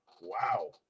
Wow